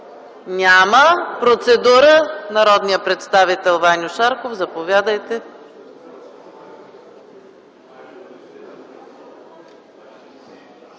Няма. Процедура – народният представител Ваньо Шарков. Заповядайте.